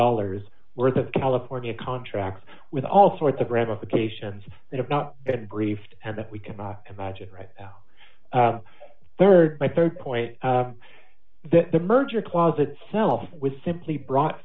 dollars worth of california contracts with all sorts of ramifications that have not had briefed and that we cannot imagine right now rd my rd point that the merger clause itself was simply brought